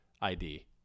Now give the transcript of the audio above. ID